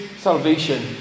Salvation